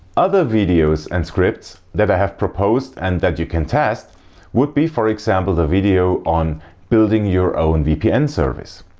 other videos and scripts that i have proposed and that you can test would be for example the video on building your own vpn service.